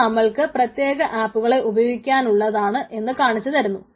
അത് നമ്മൾക്ക് പ്രത്യേക ആപ്പുകളെ ഉപയോഗിക്കാനുള്ളത് കാണിച്ചുതരുന്നു